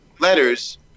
letters